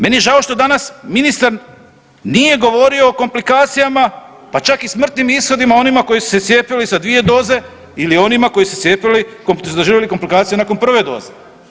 Meni je žao što danas ministar nije govorio o komplikacijama, pa čak i smrtnim ishodima onima koji su se cijepili sa dvije doze ili onima koji su se cijepili, koji su doživjeli komplikacije nakon prve doze.